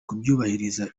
kubyubahiriza